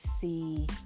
see